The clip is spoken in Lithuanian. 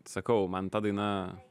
sakau man ta daina